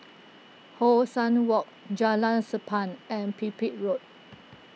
How Sun Walk Jalan Sappan and Pipit Road